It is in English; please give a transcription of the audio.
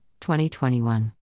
2021